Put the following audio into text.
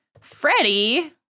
Freddie